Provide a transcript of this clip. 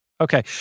Okay